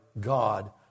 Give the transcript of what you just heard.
God